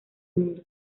mundo